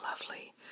lovely